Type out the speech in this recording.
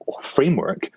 framework